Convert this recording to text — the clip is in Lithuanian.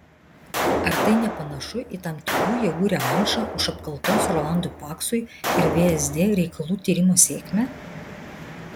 ar tai nepanašu į tam tikrų jėgų revanšą už apkaltos rolandui paksui ir vsd reikalų tyrimo sėkmę